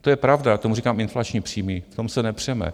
To je pravda, já tomu říkám inflační příjmy, v tom se nepřeme.